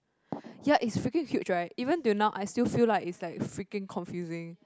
ya it's freaking huge right even till now I still feel like it's like freaking confusing